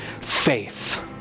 faith